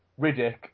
Riddick